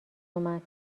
اومد